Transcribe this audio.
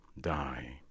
die